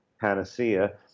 panacea